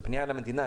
זו פנייה למדינה,